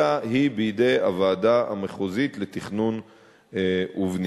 אלא היא בידי הוועדה המחוזית לתכנון ובנייה,